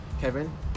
Kevin